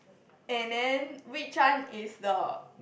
and then which one is the